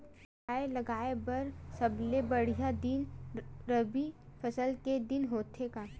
का राई लगाय बर सबले बढ़िया दिन रबी फसल के दिन होथे का?